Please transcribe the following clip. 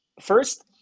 first